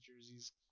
jerseys